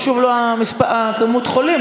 חשוב לו מספר החולים,